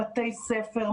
בתי ספר,